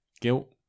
Guilt